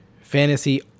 fantasy